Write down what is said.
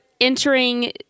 entering